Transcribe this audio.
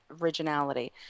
originality